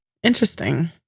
Interesting